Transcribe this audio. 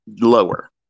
lower